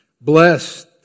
Blessed